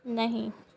ਨਹੀਂ